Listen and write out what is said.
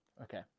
okay